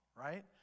right